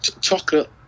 Chocolate